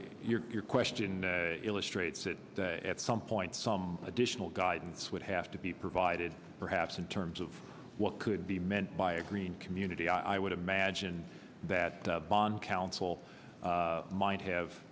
your question illustrates that at some point some additional guidance would have to be provided perhaps in terms of what could be meant by a green community i would imagine that bond council might have